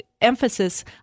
emphasis